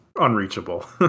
unreachable